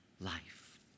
life